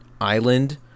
island